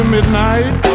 Midnight